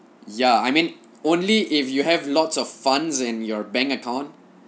ya I mean only if you have lots of funds in your bank account